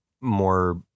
more